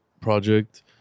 project